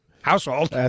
household